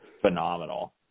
phenomenal